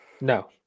No